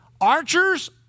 archers